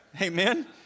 amen